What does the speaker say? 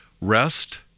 Rest